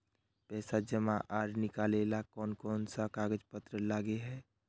पैसा जमा आर निकाले ला कोन कोन सा कागज पत्र लगे है?